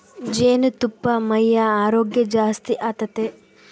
ಜೇನುತುಪ್ಪಾ ಮೈಯ ಆರೋಗ್ಯ ಜಾಸ್ತಿ ಆತತೆ